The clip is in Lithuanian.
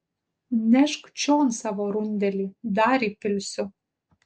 nešk čion savo rundelį dar įpilsiu